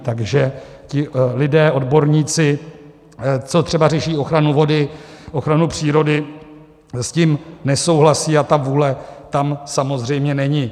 Takže ti lidé, odborníci, co třeba řeší ochranu vody, ochranu přírody, s tím nesouhlasí a ta vůle tam samozřejmě není.